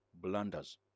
blunders